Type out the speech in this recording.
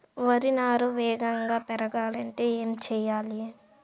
వరి నారు వేగంగా పెరగాలంటే ఏమి చెయ్యాలి?